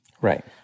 Right